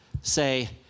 say